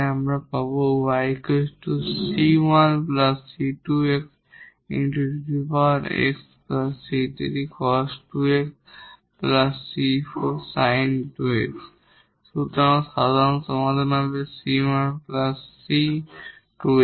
তাই আমরা পাব সুতরাং সাধারণ সমাধান হবে 𝑐1 𝑐2𝑥